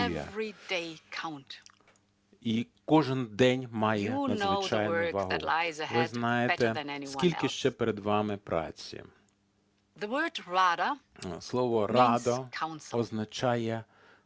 І кожен день має надзвичайну вагу. Ви знаєте, скільки ще перед вами праці. Слово "Рада" означає Раду,